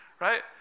right